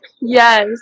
yes